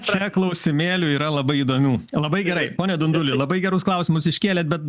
čia klausimėlių yra labai įdomių labai gerai pone dunduli labai gerus klausimus iškėlėt bet